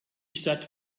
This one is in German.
stadt